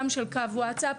גם של קו וואטסאפ,